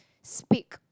speak